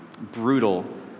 brutal